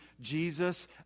Jesus